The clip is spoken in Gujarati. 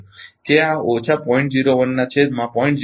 01 ના છેદમાં 0